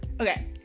Okay